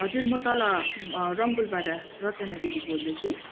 हजुर म तल रङबुलबाट रचना दिदी बोल्दै थिएँ